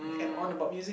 add on about music